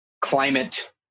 climate